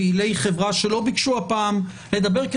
פעילי חברה שלא ביקשו הפעם לדבר,